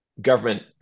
government